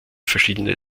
verschiedene